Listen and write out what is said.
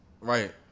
right